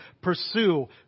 pursue